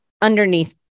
underneath